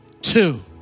two